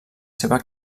seva